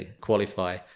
qualify